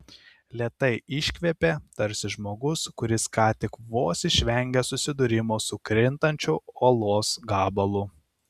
lėtai iškvėpė tarsi žmogus kuris ką tik vos išvengė susidūrimo su krintančiu uolos gabalu